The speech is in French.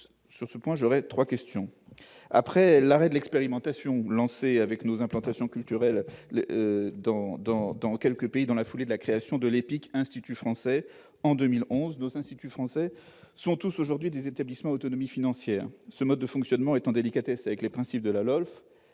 je vous poserai trois questions. Tout d'abord, après l'arrêt de l'expérimentation lancée avec nos implantations culturelles dans quelques pays dans la foulée de la création de l'EPIC « Institut français », en 2011, nos instituts français sont tous aujourd'hui des établissements à autonomie financière. Ce statut est en délicatesse avec les principes de la LOLF,